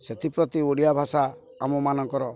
ସେଥିପ୍ରତି ଓଡ଼ିଆ ଭାଷା ଆମମାନଙ୍କର